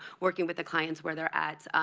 working with the clients where they're at,